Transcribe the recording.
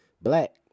black